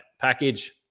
package